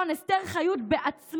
נשיאת העליון אסתר חיות בעצמה,